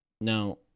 Now